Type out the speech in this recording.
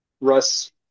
Russ